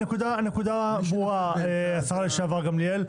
הנקודה ברורה, השרה לשעבר גמליאל.